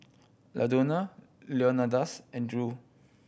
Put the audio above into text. Ladonna Leonidas and Drew